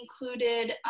included